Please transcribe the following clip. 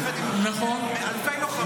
יחד עם אלפי לוחמים.